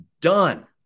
done